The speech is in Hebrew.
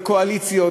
בקואליציות,